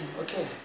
Okay